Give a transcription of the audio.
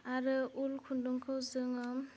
आरो उल खुन्दुंखौ जोङो